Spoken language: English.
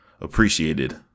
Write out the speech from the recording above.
appreciated